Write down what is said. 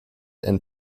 and